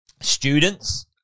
Students